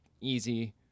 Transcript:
easy